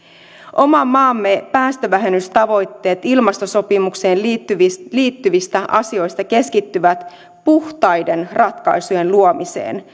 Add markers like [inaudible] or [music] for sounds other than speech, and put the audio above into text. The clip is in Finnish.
oman maamme päästövähennystavoitteet ilmastosopimukseen liittyvistä liittyvistä asioista keskittyvät puhtaiden ratkaisujen luomiseen [unintelligible]